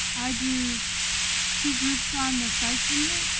i do two groups on the psych unit.